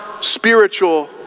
spiritual